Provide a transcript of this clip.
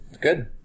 Good